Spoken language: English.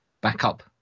backup